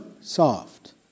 soft